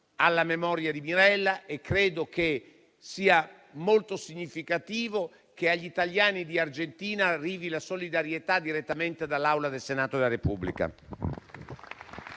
alla memoria di Mirella e credo sia molto significativo che agli italiani di Argentina arrivi la solidarietà direttamente dall'Assemblea del Senato della Repubblica.